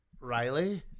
Riley